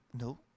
No